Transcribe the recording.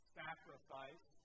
sacrifice